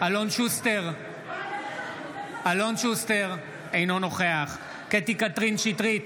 אלון שוסטר, אינו נוכח קטי קטרין שטרית,